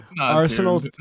Arsenal